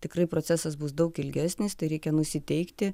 tikrai procesas bus daug ilgesnis tai reikia nusiteikti